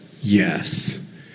yes